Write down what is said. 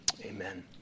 Amen